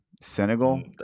senegal